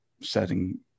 setting